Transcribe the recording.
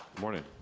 morning.